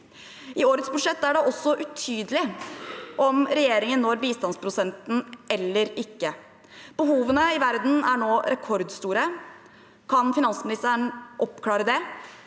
I årets budsjett er det også utydelig om regjeringen når bistandsprosenten eller ikke. Behovene i verden er nå rekordstore. Kan finansministeren oppklare det?